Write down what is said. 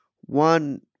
One